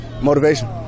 Motivation